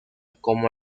como